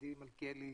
שידידי מלכיאלי